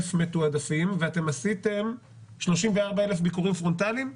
מתועדפים ואתם עשיתם 34,000 ביקורים פרונטליים?